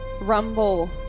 Rumble